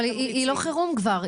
אבל היא לא חירום כבר.